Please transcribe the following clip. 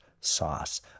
sauce